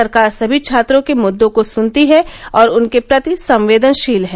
सरकार सभी छात्रों के मुद्दों को सुनती है और उनके प्रति संवेदनशील है